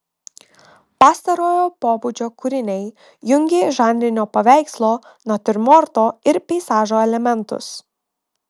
pastarojo pobūdžio kūriniai jungė žanrinio paveikslo natiurmorto ir peizažo elementus